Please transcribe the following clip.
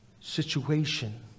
situation